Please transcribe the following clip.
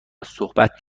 صحبت